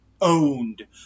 owned